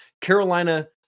Carolina